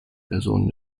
person